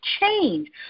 change